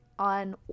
On